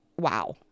Wow